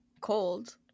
Cold